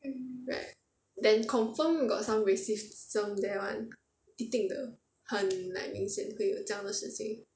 mm right then confirm got some racism there [one] 一定的很 like 明显会有这样的事情